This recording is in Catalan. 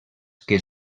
que